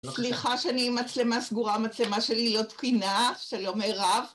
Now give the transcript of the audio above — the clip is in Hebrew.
סליחה שאני עם מצלמה סגורה, מצלמה שלי לא תקינה, שלום מירב